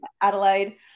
Adelaide